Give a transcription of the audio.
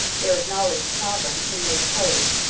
their acknowledged sovereign, whom they deposed,